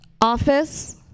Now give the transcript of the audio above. office